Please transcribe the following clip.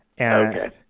Okay